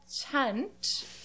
tent